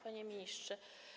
Panie Ministrze!